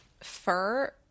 fur